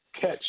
catch